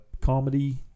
comedy